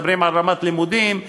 מדברים על רמת לימודים,